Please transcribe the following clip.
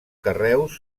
carreus